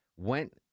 Went